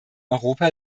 europa